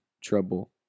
trouble